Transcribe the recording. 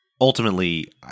ultimately